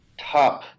top